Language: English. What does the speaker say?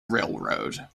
railroad